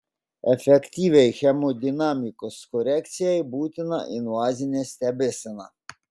efektyviai hemodinamikos korekcijai būtina invazinė stebėsena